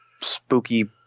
spooky